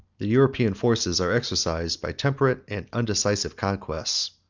the european forces are exercised by temperate and undecisive contests.